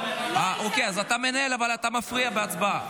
אוקיי, אז אתה מנהל, אבל אתה מפריע בהצבעה.